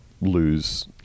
lose